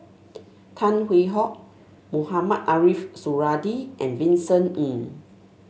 Tan Hwee Hock Mohamed Ariff Suradi and Vincent Ng